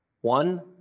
One